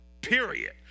period